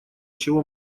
чего